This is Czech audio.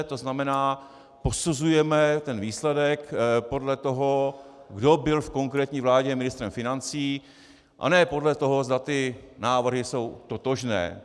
To znamená, posuzujeme výsledek podle toho, kdo byl v konkrétní vládě ministrem financí, a ne podle toho, zda ty návrhy jsou totožné.